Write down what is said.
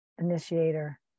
initiator